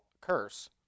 curse